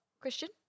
Christian